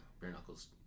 bare-knuckles